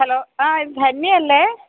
hello ആ ഇത് ധന്യയല്ലേ